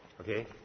Okay